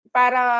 para